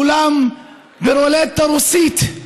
כולם ברולטה רוסית.